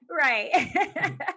right